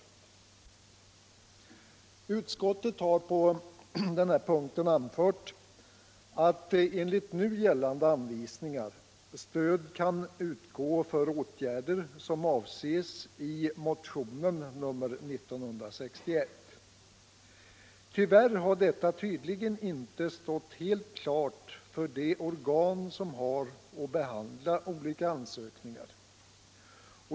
Utskottet har på denna punkt anfört att enligt nu gällande anvisningar stöd kan utgå för åtgärder som avses i motionen nr 1961. Tyvärr har detta tydligen inte stått helt klart för det organ som har att behandla olika ansökningar.